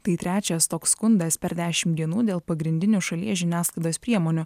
tai trečias toks skundas per dešimt dienų dėl pagrindinių šalies žiniasklaidos priemonių